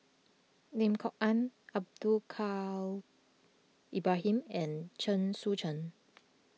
Lim Kok Ann Abdul Kadir Ibrahim and Chen Sucheng